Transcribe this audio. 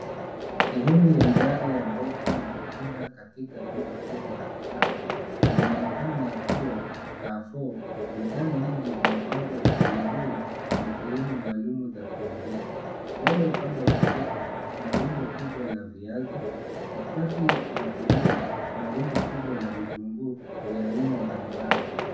Sehemu ya idara ya mboga na matunda katika duka kubwa la kisasa. Inaonekana kuwa Carrefour. Bidhaa nyingi zimepangwa vizuri yenye sehemu maalum za kuuzia. Mbele upande wa kushoto, kuna rundo kubwa la viazi. Katikati na kulia, kuna rundo kubwa la vitunguu ya aina mbalimbali.